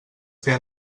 fer